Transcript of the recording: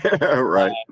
Right